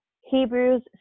Hebrews